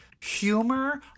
humor